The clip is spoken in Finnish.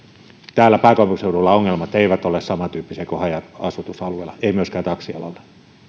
täällä pääkaupunkiseudulla ongelmat eivät ole samantyyppisiä kuin haja asutusalueilla eivät myöskään taksialalla